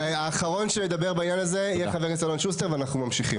האחרון שידבר בעניין הזה יהיה חבר הכנסת אלון שוסטר ואנחנו ממשיכים.